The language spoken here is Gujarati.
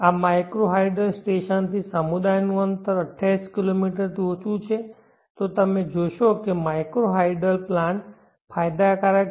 જો માઇક્રો હાઇડલ સ્ટેશનથી સમુદાયનું અંતર 28 કિલોમીટરથી ઓછું છે તો તમે જોશો કે માઇક્રો હાઇડલ પ્લાન્ટ ફાયદાકારક છે